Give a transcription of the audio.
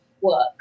work